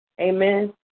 amen